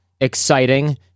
exciting